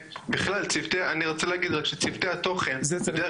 אני רוצה להגיד רק שצוותי התוכן בדרך